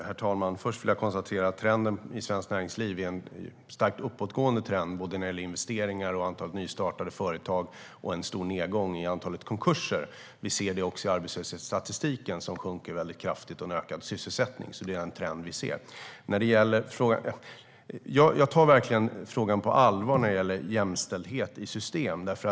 Herr talman! Först vill jag konstatera att när det gäller svenskt näringsliv är det en starkt uppåtgående trend både när det gäller investeringar och när det gäller antalet nystartade företag, och det är en stor nedgång i antalet konkurser. Vi ser det också i arbetslöshetsstatistiken. Arbetslösheten sjunker väldigt kraftigt, och det är en ökad sysselsättning. Det är en trend vi ser. Jag tar verkligen frågan på allvar när det gäller jämställdhet i system.